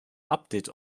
update